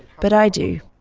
but i do.